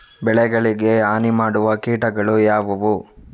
ಬೆಳೆಗಳಿಗೆ ಹಾನಿ ಮಾಡುವ ಕೀಟಗಳು ಯಾವುವು?